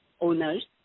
owners